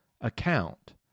account